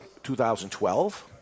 2012